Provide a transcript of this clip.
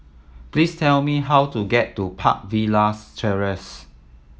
please tell me how to get to Park Villas Terrace